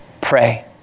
Pray